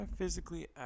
physically